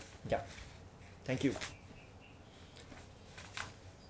yup thank you